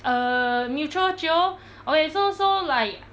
err mutual jio okay so so like